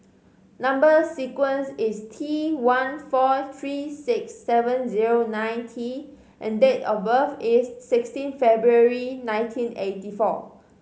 number sequence is T one four three six seven zero nine T and date of birth is sixteen February nineteen eighty four